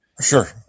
Sure